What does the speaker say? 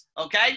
okay